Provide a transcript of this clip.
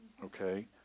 Okay